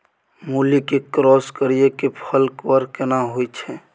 मूली के क्रॉस करिये के फल बर केना होय छै?